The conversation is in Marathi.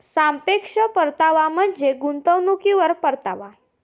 सापेक्ष परतावा म्हणजे गुंतवणुकीवर परतावा